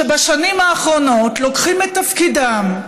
שבשנים האחרונות לוקחים את תפקידם,